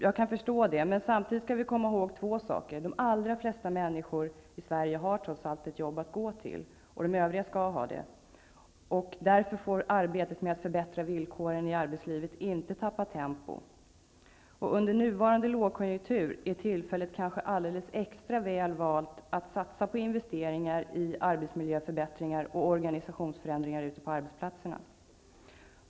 Jag kan förstå det, men samtidigt skall vi komma ihåg två saker: De allra flesta människor i Sverige har trots allt ett jobb att gå till. Och de övriga skall ha det. Därför får arbetet med att förbättra villkoren i arbetslivet inte tappa tempo. Och under nuvarande lågkonjunktur är tillfället kanske alldeles extra väl valt att investera i arbetsmiljöförbättringar och organisationsförändringar ute på arbetsplatserna.